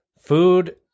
food